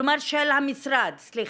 כלומר של המשרד, סליחה.